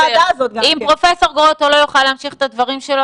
אם פרופ' גרוטו לא יוכל להמשיך את הדברים שלו,